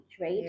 right